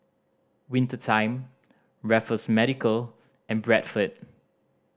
Winter Time Raffles Medical and Bradford